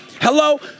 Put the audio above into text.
Hello